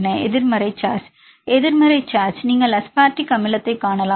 மாணவர் எதிர்மறை சார்ஜ் எதிர்மறை சார்ஜ் நீங்கள் அஸ்பார்டிக் அமிலத்தை காணலாம்